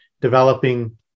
developing